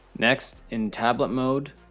next in tablet mode,